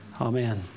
amen